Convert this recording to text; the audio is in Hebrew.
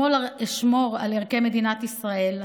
אשמור על ערכי מדינת ישראל,